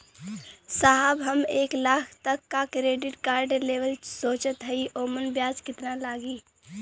साहब हम एक लाख तक क क्रेडिट कार्ड लेवल सोचत हई ओमन ब्याज कितना लागि?